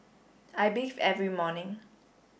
I bathe every morning